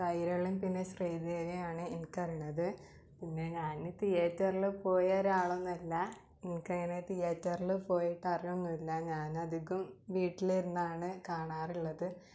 കൈരളിയും പിന്നെ ശ്രീദേവിയാണ് എനിക്കറിയുന്നത് പിന്നെ ഞാന് തിയേറ്ററില് പോയ ഒരാളൊന്നുമല്ല എനിക്കങ്ങനെ തിയേറ്റർല് പോയിട്ടറിവൊന്നുവില്ല ഞാനധികം വീട്ടിൽ ഇരുന്നാണ് കാണാറുള്ളത്